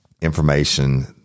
information